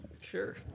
Sure